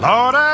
Lord